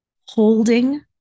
holding